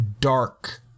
dark